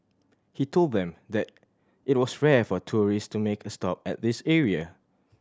he told them that it was rare for tourists to make a stop at this area